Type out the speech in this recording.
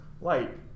light